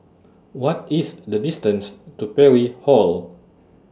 What IS The distance to Parry Hall